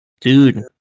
dude